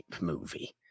movie